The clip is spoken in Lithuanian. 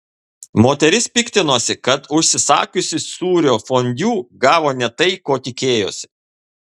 moteris piktinosi kad užsisakiusi sūrio fondiu gavo ne tai ko tikėjosi